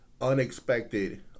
unexpected